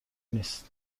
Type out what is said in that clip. نیست